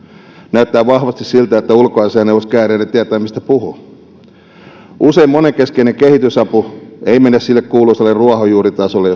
näyttää vahvasti siltä että ulkoasiainneuvos kääriäinen tietää mistä puhuu usein monenkeskinen kehitysapu ei mene sille kuuluisalle ruohonjuuritasolle